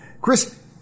Chris